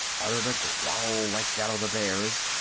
uttered a growl like that of the bears,